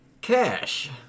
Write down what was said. Cash